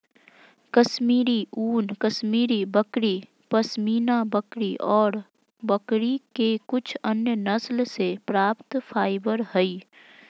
कश्मीरी ऊन, कश्मीरी बकरी, पश्मीना बकरी ऑर बकरी के कुछ अन्य नस्ल से प्राप्त फाइबर हई